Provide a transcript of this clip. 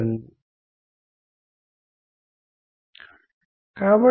పద్యాలకు మీ సొంత పద్ధతిలో అర్థం తీయవచ్చు